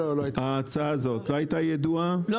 כל